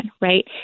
right